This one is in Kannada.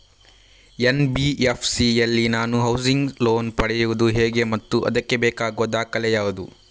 ಎನ್.ಬಿ.ಎಫ್.ಸಿ ಯಲ್ಲಿ ನಾನು ಹೌಸಿಂಗ್ ಲೋನ್ ಪಡೆಯುದು ಹೇಗೆ ಮತ್ತು ಅದಕ್ಕೆ ಬೇಕಾಗುವ ದಾಖಲೆ ಯಾವುದು?